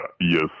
Yes